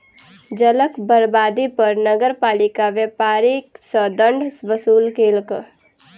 जलक बर्बादी पर नगरपालिका व्यापारी सॅ दंड वसूल केलक